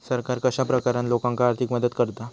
सरकार कश्या प्रकारान लोकांक आर्थिक मदत करता?